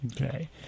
okay